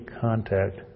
contact